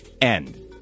end